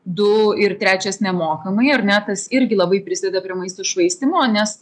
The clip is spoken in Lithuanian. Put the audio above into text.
du ir trečias nemokamai ar ne tas irgi labai prisideda prie maisto švaistymo nes